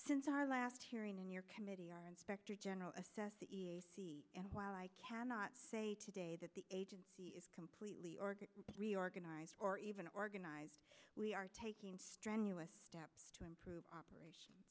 since our last hearing in your committee are inspector general assess the e s e and while i cannot say today that the agency is completely ordered reorganized or even organized we are taking strenuous steps to improve operation